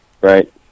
Right